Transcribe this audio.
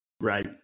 Right